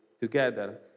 together